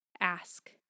ask